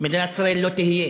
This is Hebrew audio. מדינת ישראל לא תהיה.